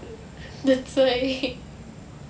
that's why